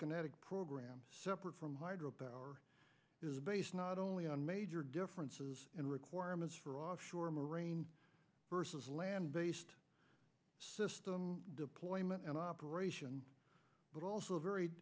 kinetic program separate from hydro power is based not only on major differences and requirements for offshore marine versus land based system deployment and operation but also very